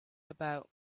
about